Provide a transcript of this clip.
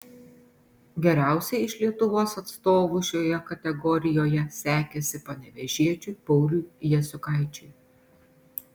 geriausiai iš lietuvos atstovų šioje kategorijoje sekėsi panevėžiečiui pauliui jasiukaičiui